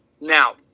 Now